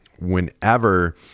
whenever